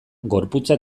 gorputza